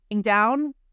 down